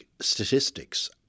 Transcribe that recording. statistics